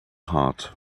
heart